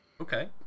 Okay